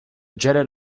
jetted